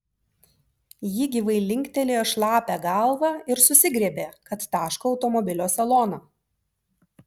ji gyvai linktelėjo šlapią galvą ir susigriebė kad taško automobilio saloną